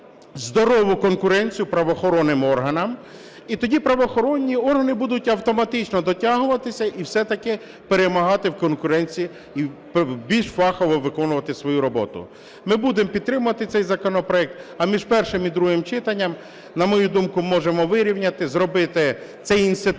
здорову конкуренцію правоохоронним органам, і тоді правоохоронні органи будуть автоматично дотягуватися і все-таки перемагати в конкуренції і більш фахово виконувати свою роботу. Ми будемо підтримувати цей законопроект, а між першим і другим читанням, на мою думку, можемо вирівняти, зробити цей інститут